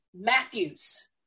Matthews